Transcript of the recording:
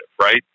right